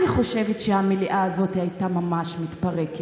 אני חושבת שהמליאה הזאת הייתה ממש מתפרקת.